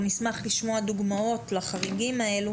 אנחנו נשמח לשמוע דוגמאות לחריגים האלו